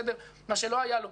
מה שלא היה לו,